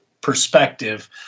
perspective